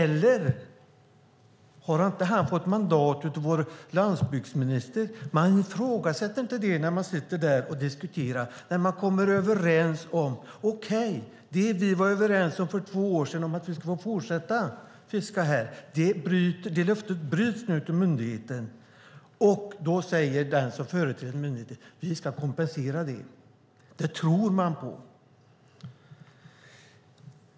Har inte han fått mandat av vår landsbygdsminister? Man ifrågasätter inte det när man sitter där och diskuterar, när man kommer överens. Okej, det vi var överens om för två år sedan, att vi skulle få fortsätta att fiska här, var ett löfte som nu bryts av myndigheten. Då säger den som företräder myndigheten: Vi ska kompensera det. Det tror man på.